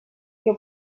que